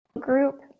group